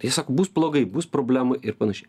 jie sako bus blogai bus problemų ir panašiai